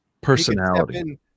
Personality